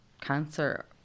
cancer